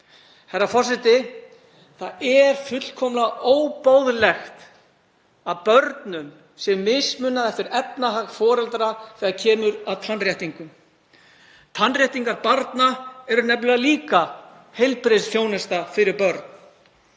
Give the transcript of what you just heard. Herra forseti. Það er fullkomlega óboðlegt að börnum sé mismunað eftir efnahag foreldra þegar kemur að tannréttingum. Tannréttingar barna eru nefnilega líka heilbrigðisþjónusta fyrir börn.